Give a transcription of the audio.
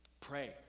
pray